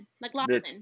McLaughlin